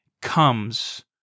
comes